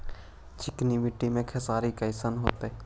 चिकनकी मट्टी मे खेसारी कैसन होतै?